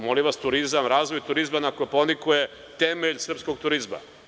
Molim vas, turizam, razvoj turizma na Kopaoniku je temelj srpskog turizma.